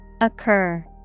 Occur